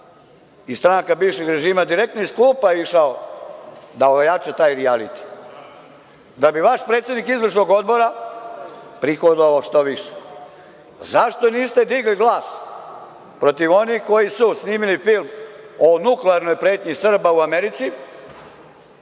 iz stranke bivšeg režima direktno iz klupa išao da ojača taj rijaliti? Da bi vaš predsednik izvršnog odbora prihodovao što više. Zašto niste digli glas protiv onih koji su snimili film o nuklearnoj pretnji Srba u Americi,